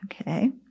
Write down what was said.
Okay